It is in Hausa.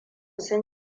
sun